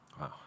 Wow